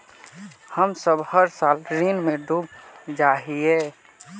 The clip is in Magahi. हम सब हर साल ऋण में डूब जाए हीये?